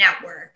network